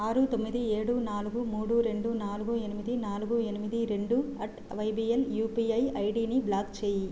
ఆరు తొమ్మిది ఏడు నాలుగు మూడు రెండు నాలుగు ఎనిమిది నాలుగు ఎనిమిది రెండు అట్ వైబిఎల్ యుపిఐ ఐడిని బ్లాక్ చేయి